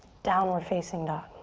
downward facing dog.